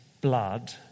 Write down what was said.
blood